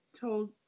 told